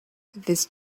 this